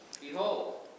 Behold